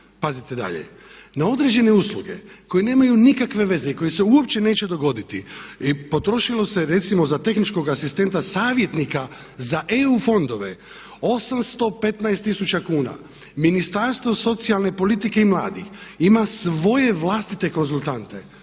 Pazite dalje. Na određene usluge koje nemaju nikakve veze i koje se uopće neće dogoditi potrošilo se recimo za tehničkog asistenta savjetnika za EU fondove 815000 kuna. Ministarstvo socijalne politike i mladih ima svoje vlastite konzultante